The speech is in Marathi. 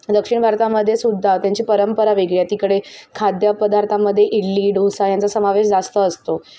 दक्षिण भारतामध्येसुद्धा त्यांची परंपरा वेगळी आहे तिकडे खाद्यपदार्थांमदे इडली डोसा यांचा समावेश जास्त असतो